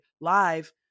Live